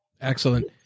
Excellent